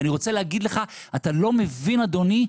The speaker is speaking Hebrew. ואני רוצה להגיד לך, אתה לא מבין, אדוני,